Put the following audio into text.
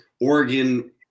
Oregon